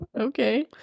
okay